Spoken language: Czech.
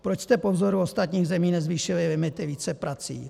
Proč jste po vzoru ostatních zemí nezvýšili limity víceprací?